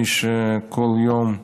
מי שכל יום,